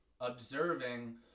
observing